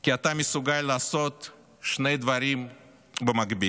כי אתה מסוגל לעשות שני דברים במקביל,